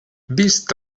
vist